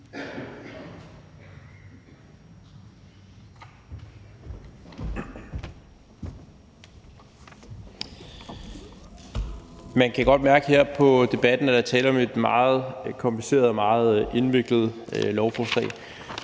Man kan godt mærke her på debatten, at der er tale om et meget kompliceret og meget indviklet lovforslag.